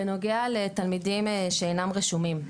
בנוגע לתלמידים שאינם רשומים,